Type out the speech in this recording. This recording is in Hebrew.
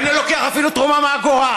אני לא לוקח תרומה אפילו אגורה.